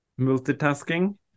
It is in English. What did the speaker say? multitasking